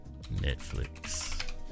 Netflix